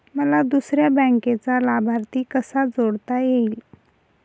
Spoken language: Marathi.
मला दुसऱ्या बँकेचा लाभार्थी कसा जोडता येईल?